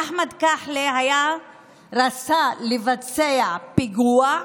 שאחמד כחלה רצה לבצע פיגוע,